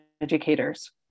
educators